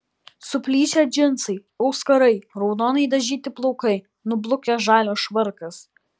suplyšę džinsai auskarai raudonai dažyti plaukai nublukęs žalias švarkas